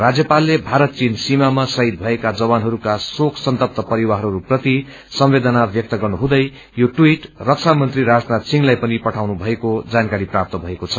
राष्यपालले थारत चीन सीमामा श्रीद भएका जवानहरूका शोक सन्तेत परिवारहस्प्रति सम्वेदना व्यक्त गर्नुहुँदै यो ट्वीट रक्षा मन्त्री राजनाथ सिंहलाई पनि पठाउनु भएको जानकारी प्राप्त भएको छ